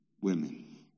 women